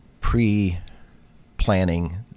pre-planning